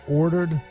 ordered